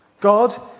God